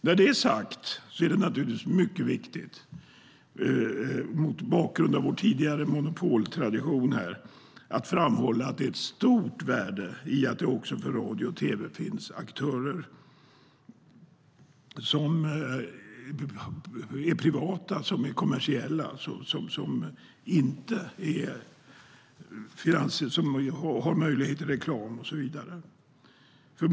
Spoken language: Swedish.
När det är sagt är det naturligtvis mycket viktigt, mot bakgrund av vår tidigare monopoltradition, att framhålla att det är ett stort värde i att det också för radio och tv finns aktörer som är privata, som är kommersiella, som har möjlighet till reklamintäkter och så vidare.